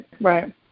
right